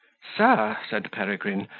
sir, said peregrine,